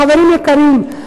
חברים יקרים,